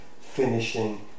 finishing